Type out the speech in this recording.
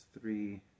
three